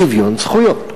שוויון זכויות.